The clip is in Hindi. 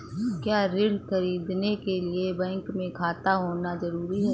क्या ऋण ख़रीदने के लिए बैंक में खाता होना जरूरी है?